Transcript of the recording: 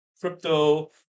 crypto